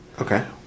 Okay